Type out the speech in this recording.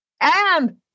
And-